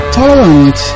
tolerant